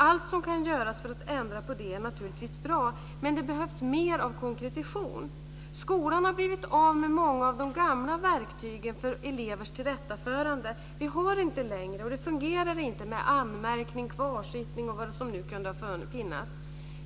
Allt som kan göras för att ändra på det är naturligtvis bra, men det behövs mer av konkretition. Skolan har blivit av med många av de gamla verktygen för elevers tillrättaförande. Vi har inte längre - det fungerar inte - anmärkning, kvarsittning och vad som nu kan ha funnits.